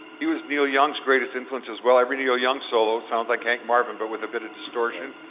he was neil young's greatest influence as well. every neil young solo sounds like hank marvin but with a bit of distortion.